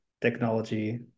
technology